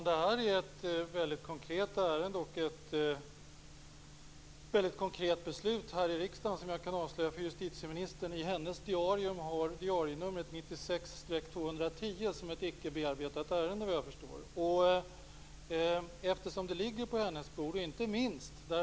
Herr talman! Jag kan avslöja för justitieministern att detta är ett väldigt konkret ärende och att det fattats ett väldigt konkret beslut här i riksdagen. I hennes diarium har det diarienumret 96/210. Det är ett ickebearbetat ärende, såvitt jag förstår. Ärendet ligger på hennes bord.